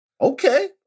Okay